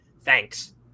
Thanks